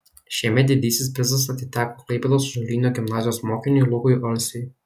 šiemet didysis prizas atiteko klaipėdos ąžuolyno gimnazijos mokiniui lukui alsiui